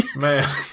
Man